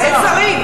אין שרים.